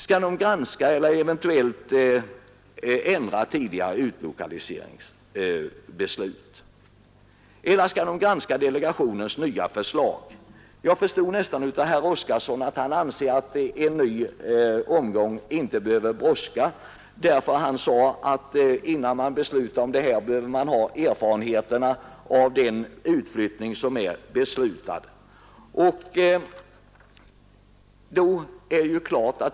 Skall den granska eller eventuellt ändra tidigare utlokaliseringsbeslut? Eller skall den granska delegationens nya förslag? Jag förstod av herr Oskarson att han anser att det inte behöver brådska med en ny omgång i fråga om utlokalisering. Han sade nämligen att innan vi fattar ytterligare beslut bör vi först ha erfarenhet av den utlokalisering som redan är beslutad.